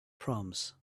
proms